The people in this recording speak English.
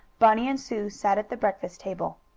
bunny and sue sat at the breakfast table.